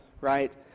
right